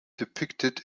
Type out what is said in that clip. depicted